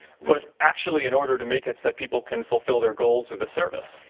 but actually in order to make it so people can fulfill their goals of the service.